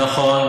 נכון.